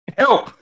help